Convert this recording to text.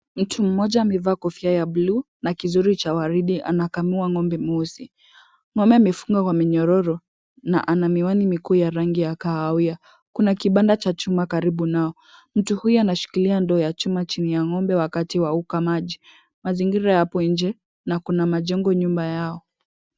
Mtu mmoja amevaa kofia ya bluu na kizuri cha waridi anakamua ng'ombe mosi, ngombe imefungwa kwa minyororo, na ana miwani mikuu ya rangi ya kahawia. Kuna kibanda cha chumba karibu nao, Mtu huyo anashikilia ndoo ya chuma chini ya ng'ombe wakati wa uka maji. Mazingira yapo nje, na kuna majengo nyumba yao.